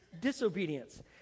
disobedience